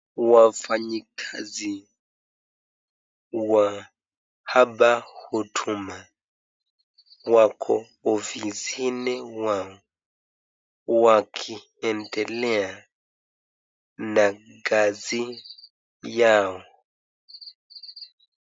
Wafanyikazi wa hapa Huduma wako ofisini mwao wakiendelea na kazi yao.